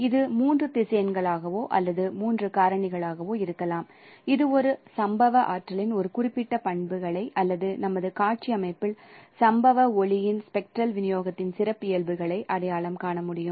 இது மூன்று திசையன்களாகவோ அல்லது மூன்று காரணிகளாகவோ இருக்கலாம் இது ஒரு சம்பவ ஆற்றலின் ஒரு குறிப்பிட்ட பண்புகளை அல்லது நமது காட்சி அமைப்பில் சம்பவ ஒளியின் ஸ்பெக்ட்ரல் விநியோகத்தின் சிறப்பியல்புகளை அடையாளம் காண முடியும்